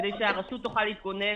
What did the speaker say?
כדי שהרשות תוכל להתגונן.